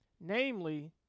Namely